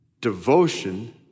devotion